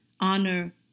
honor